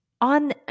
on